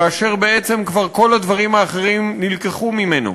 כאשר כל הדברים האחרים כבר נלקחו ממנו,